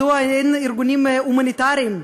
מדוע אין ארגונים הומניטריים,